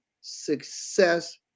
success